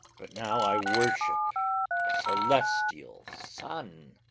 but now i worship a celestial sun.